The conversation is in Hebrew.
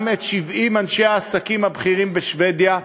גם את 70 אנשי העסקים הבכירים בשבדיה,